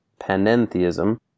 panentheism